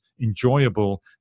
enjoyable